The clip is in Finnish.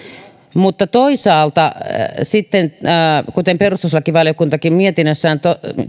mutta toisaalta sitten kuten perustuslakivaliokuntakin mietinnössään